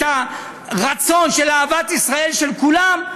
את הרצון של אהבת ישראל של כולם,